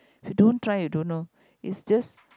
you don't try you don't know it's just